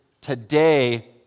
today